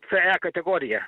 ce kategoriją